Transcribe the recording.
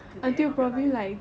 until the end of your life